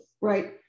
right